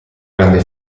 grande